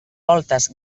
voltes